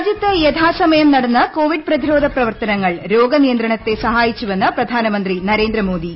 രാജ്യത്ത് യഥാസമയം നടന്ന കോവിഡ് പ്രതിരോധ പ്രവർത്തനങ്ങൾ രോഗനിയന്ത്രണത്തെ സഹായിച്ചുവെന്ന് പ്രധാനമന്ത്രി നരേന്ദ്രമോദി